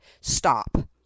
stop